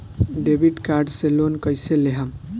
Debit card से loan कईसे लेहम?